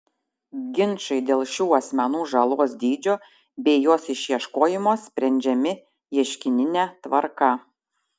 ginčai dėl šių asmenų žalos dydžio bei jos išieškojimo sprendžiami ieškinine tvarka